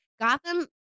Gotham